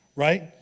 right